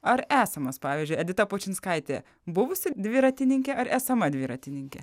ar esamas pavyzdžiui edita pučinskaitė buvusi dviratininkė ar esama dviratininkė